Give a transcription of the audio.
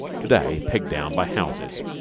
to-day pegged down by houses.